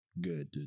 good